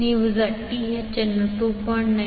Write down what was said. ನೀವು Zth ಅನ್ನು 2